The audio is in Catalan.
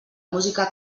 música